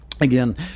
again